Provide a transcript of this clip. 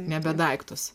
nebe daiktus